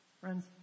Friends